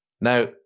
Now